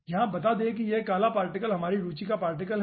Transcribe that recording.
यहां बता दें कि यह काला पार्टिकल हमारी रुचि का पार्टिकल है